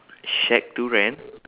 shack to rent